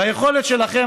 והיכולת שלכם,